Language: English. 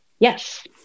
Yes